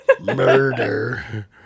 murder